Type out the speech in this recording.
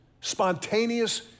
spontaneous